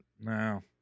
No